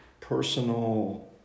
personal